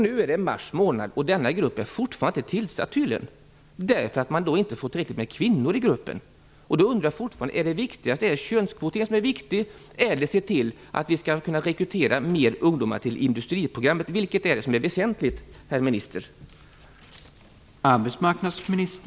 Nu är det mars månad och denna grupp är tydligen fortfarande inte tillsatt därför att man inte får tillräckligt med kvinnor i gruppen. Då undrar jag fortfarande om det viktiga är könskvoteringen eller att se till att vi kan rekrytera fler ungdomar till industriprogrammet. Vilket är det som är väsentligt, herr minister?